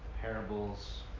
parables